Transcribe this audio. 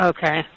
Okay